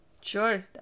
sure